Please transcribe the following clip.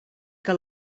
que